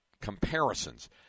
comparisons